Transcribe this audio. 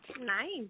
Nice